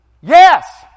Yes